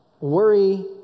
worry